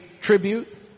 tribute